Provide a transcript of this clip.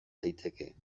daiteke